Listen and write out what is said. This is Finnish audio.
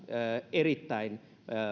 erittäin